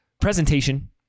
presentation